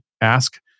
ask